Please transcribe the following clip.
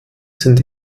sind